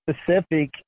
specific